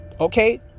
okay